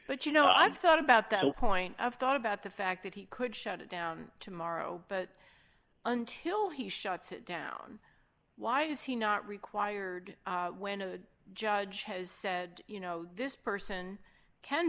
but you know i've thought about the whole point i've thought about the fact that he could shut it down tomorrow but until he shuts down why has he not required when a judge has said you know this person can